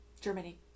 Germany